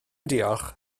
diolch